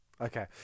Okay